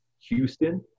Houston